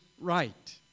right